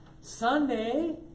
Sunday